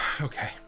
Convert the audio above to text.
Okay